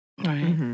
Right